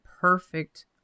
perfect